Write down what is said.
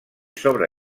sobre